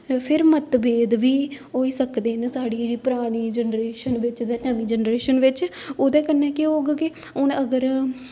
फिर मतभेद बी होई सकदे न साढ़ी जेह्की परानी जनरेशन बिच्च ते नमीं जनरेशन बिच्च ओह्दे कन्नै केह् होग के हून अगर